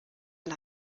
und